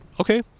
okay